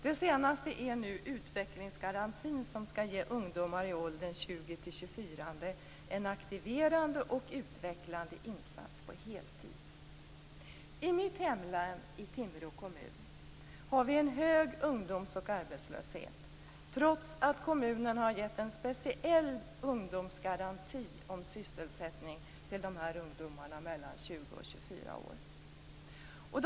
Det senaste är utvecklingsgarantin, som skall ge ungdomar i åldern 20-24 år en aktiverande och utvecklande insats på heltid. I mitt hemlän, i Timrå kommun, har vi en hög ungdomsarbetslöshet, trots att kommunen har givit en speciell ungdomsgaranti om sysselsättning till ungdomar mellan 20 och 24 år.